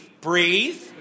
breathe